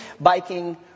biking